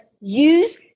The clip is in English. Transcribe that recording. use